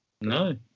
No